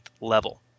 level